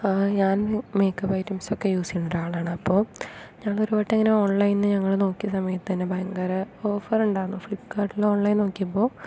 ഞാൻ makeup items ഒക്കെ use ചെയ്യുന്ന ഒരാളാണ് അപ്പോൾ ഞാൻ ഒരു വട്ടം ഇങ്ങനെ ഓൺലൈനിൽ ഞങ്ങൾ നോക്കിയ സമയത്ത് തന്നെ ഭയങ്കര ഓഫർ ഉണ്ടായിരുന്നു ഫ്ലിപ്പ്കാർട്ടിൽ ഓൺലൈൻ നോക്കിയപ്പോൾ